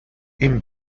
این